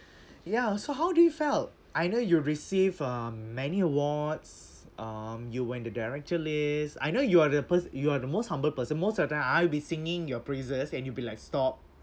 ya so how do you felt I know your receive um many awards um you were in the director list I know you are the pers~ you are the most humble person most of the time I'll be singing your praises and you'll be like stop